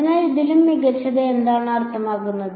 അതിനാൽ ഇതിലും മികച്ചത് എന്താണ് അർത്ഥമാക്കുന്നത്